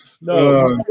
No